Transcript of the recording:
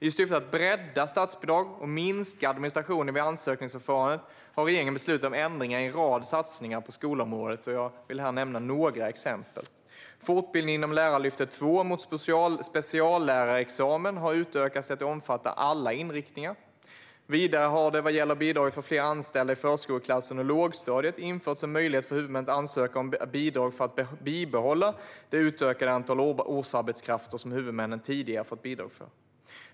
I syfte att bredda statsbidrag och minska administrationen vid ansökningsförfarandet har regeringen beslutat om ändringar i en rad satsningar på skolområdet, och jag vill här nämna några exempel. Fortbildningen inom Lärarlyftet II mot speciallärarexamen har utökats till att omfatta alla inriktningar. Vidare har det vad gäller bidraget för fler anställda i förskoleklassen och lågstadiet införts en möjlighet för huvudmän att ansöka om bidrag för att bibehålla det utökade antal årsarbetskrafter som huvudmannen tidigare har fått bidrag för.